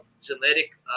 generic